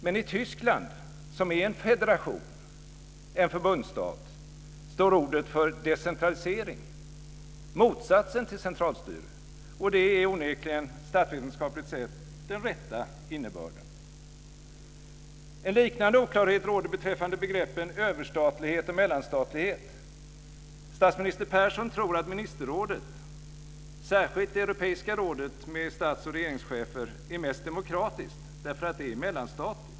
Men i Tyskland, som är en federation, en förbundsstat, står ordet för decentralisering, motsatsen till centralstyre, och det är onekligen, statsvetenskapligt sett, den rätta innebörden. En liknande oklarhet råder beträffande begreppen överstatlighet och mellanstatlighet. Statsminister Persson tror att ministerrådet, särskilt Europeiska rådet med stats och regeringschefer, är mest demokratiskt, därför att det är mellanstatligt.